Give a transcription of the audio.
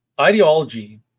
Ideology